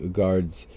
guards